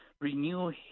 renew